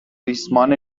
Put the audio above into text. ریسمان